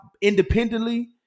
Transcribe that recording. independently